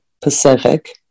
Pacific